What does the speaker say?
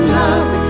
love